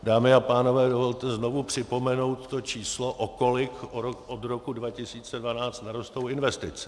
Dámy a pánové, dovolte znovu připomenout to číslo, o kolik od roku 2012 narostou investice.